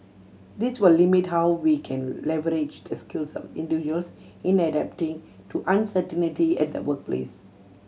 this will limit how we can leverage the skills of individuals in adapting to uncertainty at the workplace